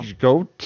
Go